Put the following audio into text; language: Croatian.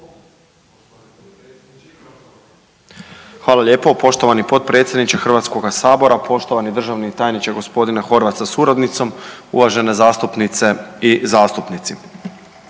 Hvala lijepo. Poštovani potpredsjedniče Hrvatskoga sabora, poštovani državni tajniče gospodine Horvat sa suradnicom, uvažene zastupnice i zastupnici,